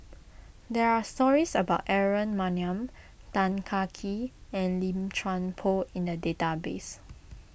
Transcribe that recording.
there are stories about Aaron Maniam Tan Kah Kee and Lim Chuan Poh in the database